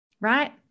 right